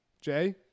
Jay